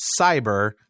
Cyber